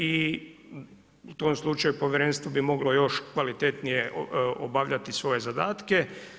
I u tom slučaju povjerenstvo bi moglo još kvalitetnije obavljati svoje zadatke.